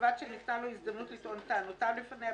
ובלבד שניתנה לו הזדמנות לטעון את טענותיו לפניה,